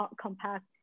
compact